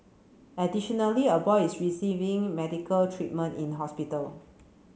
additionally a boy is receiving medical treatment in hospital